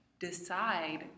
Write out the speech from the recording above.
decide